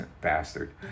Bastard